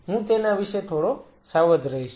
તેથી હું તેના વિશે થોડો સાવધ રહીશ